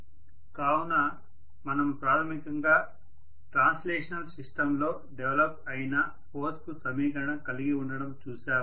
కావున మనము ప్రాథమికంగా ట్రాన్స్లేషనల్ సిస్టంలో డెవలప్ అయిన ఫోర్స్ కు సమీకరణం కలిగి ఉండడం చూశాము